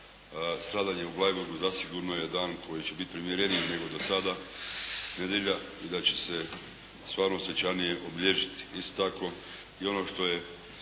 stradanje u Bleiburgu zasigurno je dan koji će biti primjereniji nego do sada nedjelja i da će se stvarno svečanije obilježiti. Isto tako, i ono što je